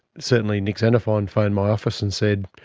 certainly nick xenophon phoned my office and said,